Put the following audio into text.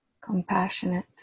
compassionate